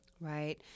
Right